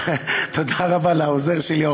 תודה רבה לעוזר שלי,